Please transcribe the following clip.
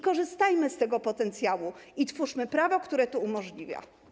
Korzystajmy z tego potencjału i stwórzmy prawo, które to umożliwia.